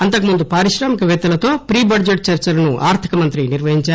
అంతకు ముందు పారిశ్రామిక పేత్తలతో ప్రీ బడ్టెట్ చర్చలను ఆర్దిక మంత్రి నిర్వహించారు